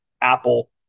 Apple